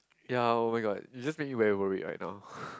ya oh my god you just made me very worried right now